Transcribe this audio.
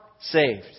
saved